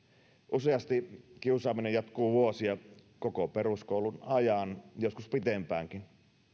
useasti kiusaaminen jatkuu vuosia koko peruskoulun ajan joskus pitempäänkin